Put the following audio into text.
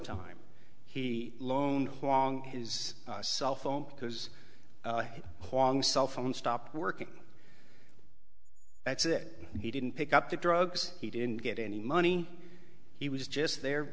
time he loaned along his cell phone because hong cell phone stopped working that's it he didn't pick up the drugs he didn't get any money he was just there